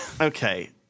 Okay